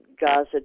Gaza